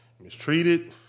mistreated